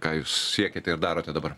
ką jūs siekiate ir darote dabar